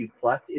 plus